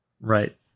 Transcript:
Right